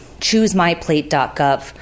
ChooseMyPlate.gov